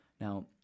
Now